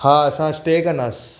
हा असां स्टे कंदासीं